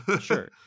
sure